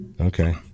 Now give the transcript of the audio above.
Okay